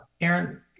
Aaron